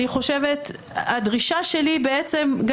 הדרישה שלי היא בעצם,